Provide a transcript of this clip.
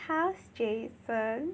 how's Jason